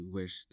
wish